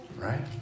Right